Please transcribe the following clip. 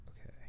Okay